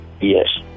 Yes